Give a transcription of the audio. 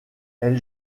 elle